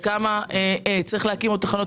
וכמה תחנות צריך עוד להקים.